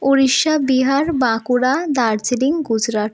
Orissa Bihar Bankura Darjeeling Gujarat